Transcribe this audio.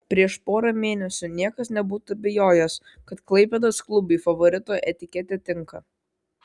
prieš porą mėnesių niekas nebūtų abejojęs kad klaipėdos klubui favorito etiketė tinka